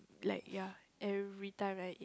like ya everytime like